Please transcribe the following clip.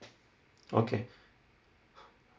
okay